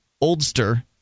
oldster –